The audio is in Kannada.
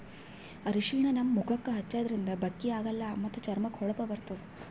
ಅರ್ಷಿಣ ನಮ್ ಮುಖಕ್ಕಾ ಹಚ್ಚದ್ರಿನ್ದ ಬಕ್ಕಿ ಆಗಲ್ಲ ಮತ್ತ್ ಚರ್ಮಕ್ಕ್ ಹೊಳಪ ಬರ್ತದ್